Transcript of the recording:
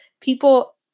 people